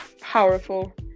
powerful